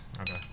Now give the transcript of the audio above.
Okay